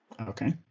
Okay